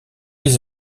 les